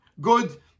good